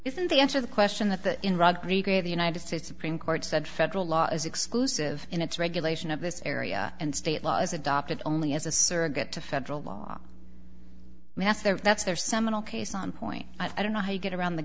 isn't the answer the question that in rugby gave the united states supreme court said federal law is exclusive in its regulation of this area and state law is adopted only as a surrogate to federal law passed there that's their seminal case on point i don't know how you get around the